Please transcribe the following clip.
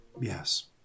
yes